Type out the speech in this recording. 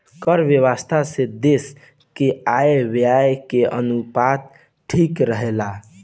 कर व्यवस्था से देस के आय व्यय के अनुपात ठीक रहेला